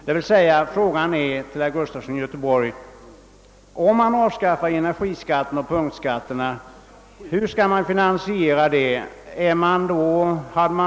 Den fråga jag vill ställa till herr Gustafson i Göteborg är alltså följande: Hur skall man finansiera ett eventuellt avskaffande av energiskatten och av punktskatterna?